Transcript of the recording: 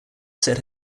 set